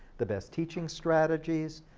the best teaching strategies,